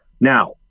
now